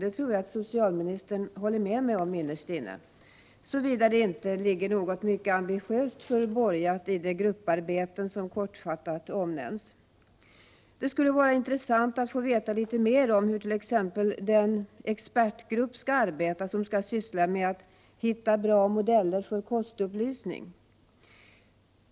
Det tror jag att socialministern håller med mig om innerst inne, såvida det inte ligger något mycket ambitiöst förborgat inom de grupparbeten som kortfattat omnämns. Det skulle vara intressant att få veta litet mer om hur t.ex. den expertgrupp skall arbeta som skall syssla med att ”hitta bra modeller för kostupplysning”.